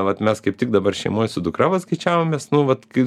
vat mes kaip tik dabar šeimoj su dukra va skaičiavomės nu vat kai